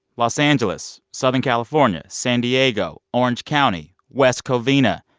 los angeles, southern california, san diego, orange county, west covina.